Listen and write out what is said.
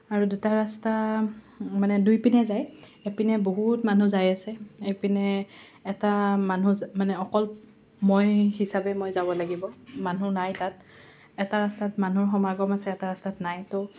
আৰু দুটা ৰাস্তা মানে দুই পিনে যায় এপিনে বহুত মানুহ যাই আছে এপিনে এটা মানুহ মানে অকল মই হিচাপে মই যাব লাগিব মানুহ নাই তাত এটা ৰাস্তাত মানুহৰ সমাগম আছে এটা ৰাস্তাত নাই তো